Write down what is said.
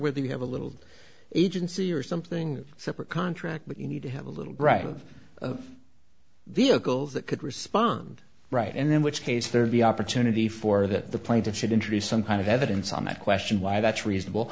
whether you have a little agency or something separate contract but you need to have a little brat of vehicles that could respond right and then which case there would be opportunity for that the plaintiff should introduce some kind of evidence on that question why that's reasonable